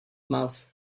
mouth